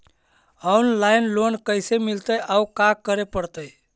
Online loan कैसे मिलतै औ का करे पड़तै?